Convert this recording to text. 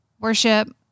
worship